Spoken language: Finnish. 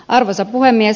arvoisa puhemies